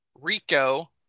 rico